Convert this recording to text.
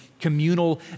communal